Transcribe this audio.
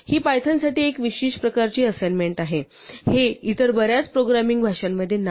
ही पायथनसाठी एक विशेष प्रकारची असाइनमेंट आहे हे इतर बर्याच प्रोग्रामिंग भाषांमध्ये नाही